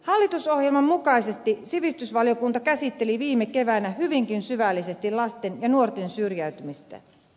hallitusohjelman mukaisesti sivistysvaliokunta käsitteli viime keväänä hyvinkin syvällisesti lasten ja nuorten syrjäytymistä